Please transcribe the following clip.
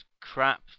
crap